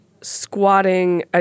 squatting